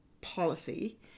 policy